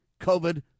covid